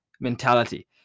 mentality